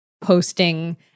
posting